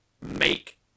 make